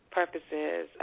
purposes